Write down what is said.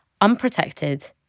unprotected